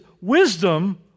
wisdom